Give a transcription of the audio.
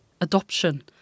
adoption